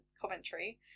commentary